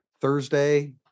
Thursday